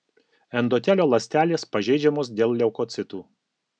endotelio ląstelės pažeidžiamos dėl leukocitų